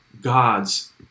God's